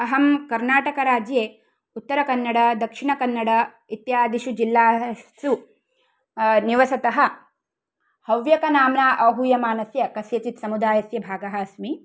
अहं कर्नाटकराज्ये उत्तरकन्नड दक्षिणकन्नड इत्यादिषु जिल्लासु निवसतः हव्यकनाम्ना आहूयमानस्य कस्यचित् समुदायस्य भागः अस्मि